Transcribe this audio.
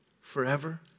forever